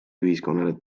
ühiskonnale